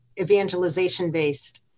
evangelization-based